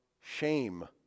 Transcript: shame